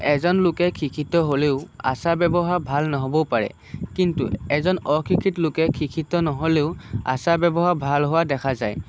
এজন লোকে শিক্ষিত হ'লেও আচাৰ ব্যৱহাৰ ভাল নহ'বও পাৰে কিন্তু এজন অশিক্ষিত লোকে শিক্ষিত নহ'লেও আচাৰ ব্যৱহাৰ ভাল হোৱা দেখা যায়